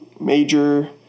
major